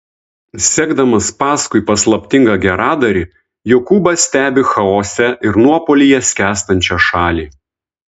sekdamas paskui paslaptingą geradarį jokūbas stebi chaose ir nuopuolyje skęstančią šalį